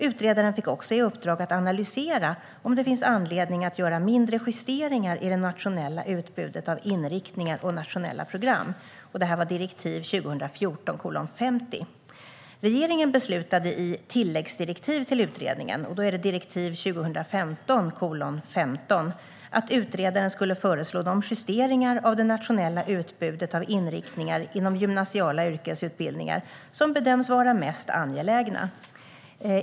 Utredaren fick också i uppdrag att analysera om det finns anledning att göra mindre justeringar i det nationella utbudet av inriktningar och nationella program. Detta gäller direktiv 2014:50. Regeringen beslutade i ett tilläggsdirektiv till utredningen - direktiv 2015:15 - att utredaren skulle föreslå de justeringar av det nationella utbudet av inriktningar inom gymnasiala yrkesutbildningar som bedöms vara mest angelägna.